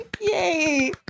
Yay